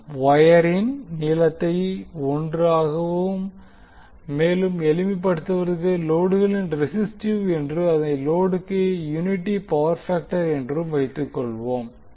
நாம் வொயரின் நீளத்தை 1 ஆகவும் மேலும் எளிமைப்படுத்துவதற்கு லோடுகள் ரெசிஸ்டிவ் என்று அதாவது லோடுக்கு யுனிட்டி பவர் பேக்டர் என்று எடுத்துக்கொள்வோம்